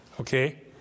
Okay